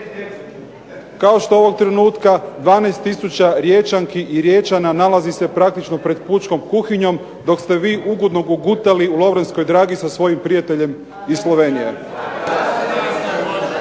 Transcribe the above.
kao što ovog trenutka 12000 Riječanki i Riječana nalazi se praktično pred pučkom kuhinjom dok ste vi ugodno gugutali u Lovranskoj dragi sa svojim prijateljem iz Slovenije.